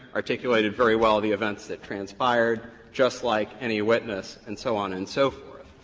articulated very well the events that transpired just like any witness, and so on and so forth.